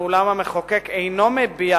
ואולם המחוקק אינו מביע,